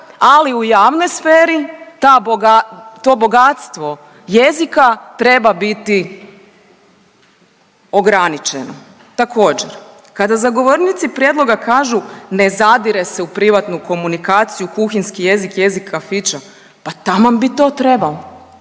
.../nerazumljivo/... to bogatstvo jezika treba biti ograničena. Također, kada zagovornici prijedloga kažu, ne zadire se u privatnu komunikaciju, kuhinjski jezik i jezik kafića, pa taman bi to trebalo.